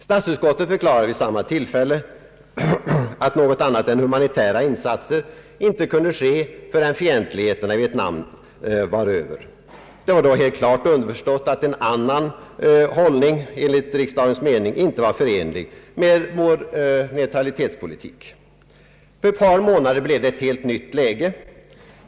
Statsutskottet förklarade vid samma tillfälle att något annat än humanitära insatser inte kunde ske förrän fientligheterna i Vietnam var över. Det var då helt klart underförstått att en annan hållning enligt riksdagens mening inte var förenlig med vår neutralitetspolitik. På ett par månader blev det ett helt nytt läge.